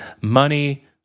money